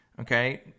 okay